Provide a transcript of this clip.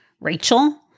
Rachel